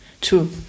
True